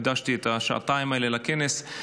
הקדשתי את השעתיים האלה לכנס,